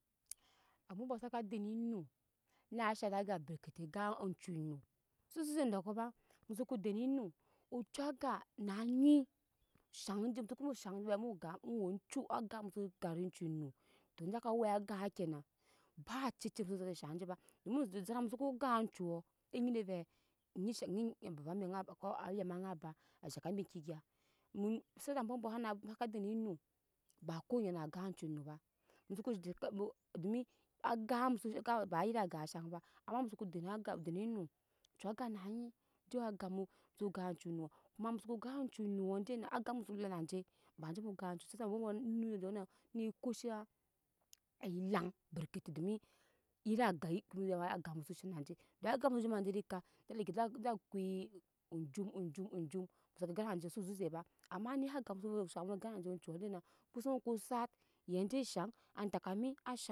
Ambɔ bɔ saka dene enu na shari aga brekete gan oncu enu so zeze edoko ba mu soko den enu ou aga na nyi shaŋ jɛ mu soko ba shaŋ vɛ gan owu oŋcu aga muso gare oncu enu to jekawe aga kyana ba acece muso vena ve mu shaŋ je ba muju jara muso vena ve mu saŋ je ba muju jara muso ko gun uncuu enyi de ve oŋnyi shaŋ obaba ma nyi ba ko gya ma nyi ba a shaŋ ka bi eŋke gya mu sede embɔ bɔ sake dene enu ba ko onyi na gan oncu enu ba muso ju kebu domi aga muso ga ba riyi mu shaŋ ba ama muso ko den aga enu cu aga na nyi je we aga mu su gan oncu enu koma muso gan oncu enu dinaŋ aga muso la naje baje mu ne ko sha elaŋ bere ketɛ dami riyi aga komea aga muso she na je dom aga muso zhoma na je edɛ eka je leke jeje ko ojum ojum ojum ko seki gan najje su zeze ba am nini aga mu su wu saŋ gan na je oncu dina okpɛsu ko ayo ko sat yen je shaŋ atakami shat